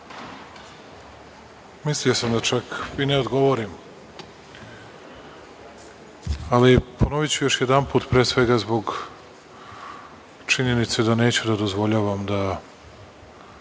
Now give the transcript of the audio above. Mislio sam da čak i ne odgovorim, ali ponoviću još jedanput, pre svega zbog činjenice da neću da dozvoljavam da